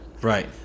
Right